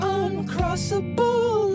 uncrossable